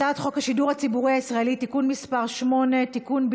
הצעת חוק השידור הציבורי הישראלי (תיקון מס' 8) (תיקון,